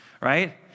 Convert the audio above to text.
right